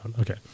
Okay